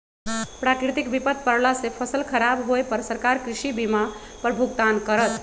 प्राकृतिक विपत परला से फसल खराब होय पर सरकार कृषि बीमा पर भुगतान करत